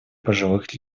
пожилых